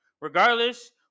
Regardless